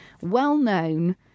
well-known